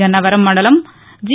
గన్నవరం మండలం జి